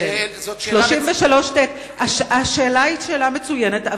השאלה היא שאלה מצוינת,